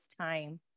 time